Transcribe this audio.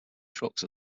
trucks